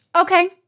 Okay